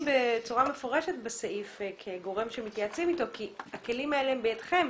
בצורה מפורשת בסעיף כגורם שמתייעצים אתו כי הכלים האלה הם בידכם.